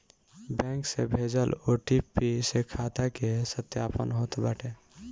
bank से भेजल OTP से खाता के सत्यापन होत बाटे